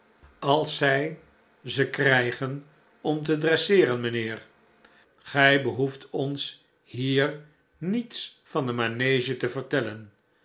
als zij ze krijgen om te dresseeren mijnheer gij behoeft ons hier niets van de manege te vertellen